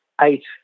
eight